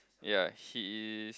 ya he is